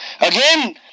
Again